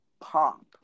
pop